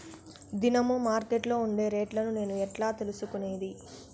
దినము మార్కెట్లో ఉండే రేట్లని నేను ఎట్లా తెలుసుకునేది?